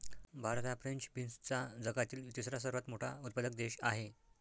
भारत हा फ्रेंच बीन्सचा जगातील तिसरा सर्वात मोठा उत्पादक देश आहे